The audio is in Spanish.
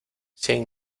cien